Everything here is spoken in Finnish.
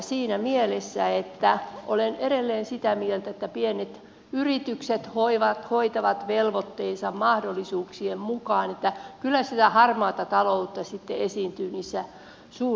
siinä mielessä olen edelleen sitä mieltä että pienet yritykset hoitavat velvoitteensa mahdollisuuksien mukaan että kyllä sitä harmaata taloutta esiintyy niissä suurissa yrityksissä